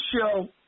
show